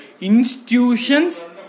Institutions